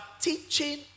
teaching